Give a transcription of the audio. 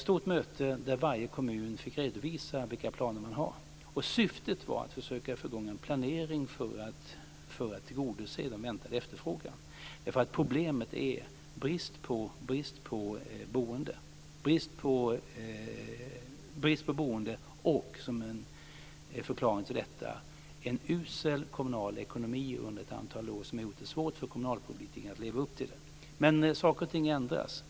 Problemet är kanske allra störst just i Stockholmsregionen. Syftet var att försöka få i gång en planering för att tillgodose den väntade efterfrågan. Problemet är brist på boenden och, som en förklaring till det, en usel kommunal ekonomi under ett antal år som har gjort det svårt för kommunalpolitikerna att leva upp till sitt ansvar. Men saker och ting ändras.